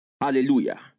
Hallelujah